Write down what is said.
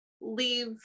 leave